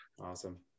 awesome